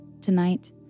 Tonight